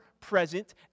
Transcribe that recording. present